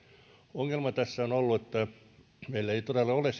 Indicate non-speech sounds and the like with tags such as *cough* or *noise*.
ongelma tässä on ollut että meillä ei todella ole *unintelligible*